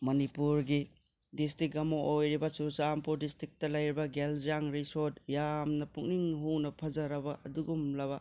ꯃꯅꯤꯄꯨꯔꯒꯤ ꯗꯤꯁꯇ꯭ꯔꯤꯛ ꯑꯃ ꯑꯣꯏꯔꯤꯕ ꯆꯨꯔꯆꯥꯟꯄꯨꯔ ꯗꯤꯁꯇ꯭ꯔꯤꯛꯇ ꯂꯩꯔꯤꯕ ꯒꯦꯜꯖꯥꯡ ꯔꯤꯁꯣꯔꯠ ꯌꯥꯝꯅ ꯄꯨꯛꯅꯤꯡ ꯍꯨꯅ ꯐꯖꯔꯕ ꯑꯗꯨꯒꯨꯝꯂꯕ